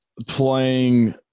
playing